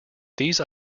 these